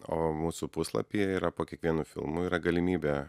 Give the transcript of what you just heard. o mūsų puslapyje yra po kiekvienu filmu yra galimybė